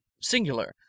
Singular